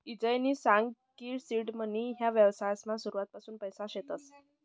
ईजयनी सांग की सीड मनी ह्या व्यवसायमा सुरुवातपासून पैसा शेतस